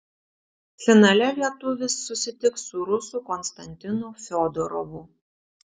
finale lietuvis susitiks su rusu konstantinu fiodorovu